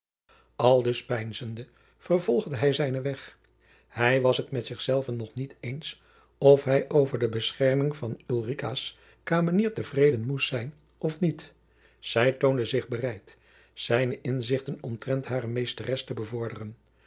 aldus peinzende vervolgde hij zijnen weg hij was het met zich zelven nog niet eens of hij over de bescherming van ulricaas kamenier te vreden moest zijn of niet zij toonde zich bereid zijne inzichten omtrent hare meesteres te bevorderen